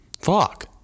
fuck